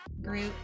group